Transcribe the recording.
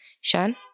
Shan